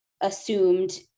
assumed